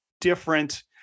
different